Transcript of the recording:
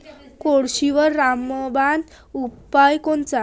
कोळशीवरचा रामबान उपाव कोनचा?